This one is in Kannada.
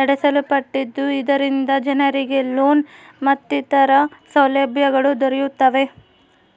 ನಡೆಸಲ್ಪಟ್ಟಿದ್ದು, ಇದರಿಂದ ಜನರಿಗೆ ಲೋನ್ ಮತ್ತಿತರ ಸೌಲಭ್ಯಗಳು ದೊರೆಯುತ್ತವೆ